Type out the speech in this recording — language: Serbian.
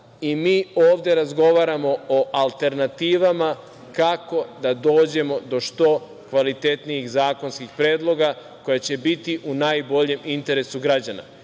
i mi ovde razgovaramo o alternativama, kako da dođemo do što kvalitetnijih zakonskih predloga koji će biti u najboljem interesu građana.